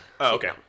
okay